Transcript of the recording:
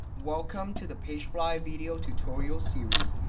welcome to the pagefly video tutorial series.